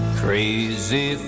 crazy